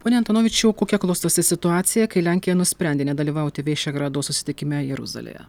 pone antonovičiau kokia klostosi situacija kai lenkija nusprendė nedalyvauti vyšegrado susitikime jeruzalėje